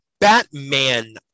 batman